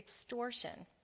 extortion